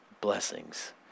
blessings